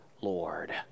Lord